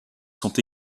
sont